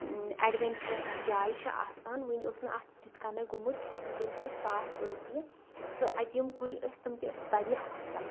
adventurous جاے چھِ آسان وٕنہِ اوس نہٕ اتھ تِتھ کٕنۍ گومُت کہیٖنۍ بالکل صاف ٲسۍ یہِ تہٕ اَتہِ یِم کُلۍ ٲسۍ تمِ تہِ ٲسۍ واریاہ اصل